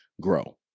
grow